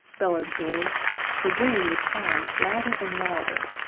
bellowed george for jane was crying louder and louder.